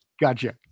Gotcha